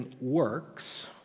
works